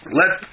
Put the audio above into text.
let